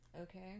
Okay